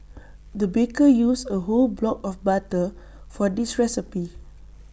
the baker used A whole block of butter for this recipe